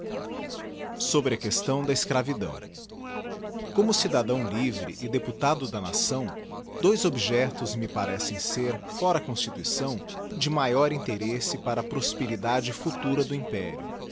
sobre a questão da escravidão como cidadão livre e deputado da nação dois íbjectos me parecem ser fora a constituição de maior digiti zedby google interesse para a prosperidade futura do império